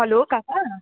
hello काका